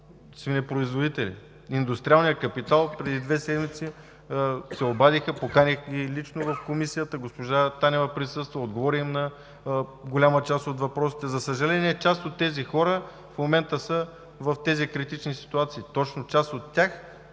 свинепроизводители. От индустриалния капитал преди две седмици се обадиха, поканих ги лично в Комисията, госпожа Танева присъства, отговори им на голяма част от въпросите. За съжаление, част от тези хора в момента са в тези критични ситуации. Точно част от тях